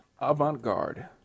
avant-garde